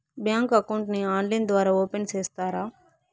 Bank account ని online ద్వారా open సేస్తారా?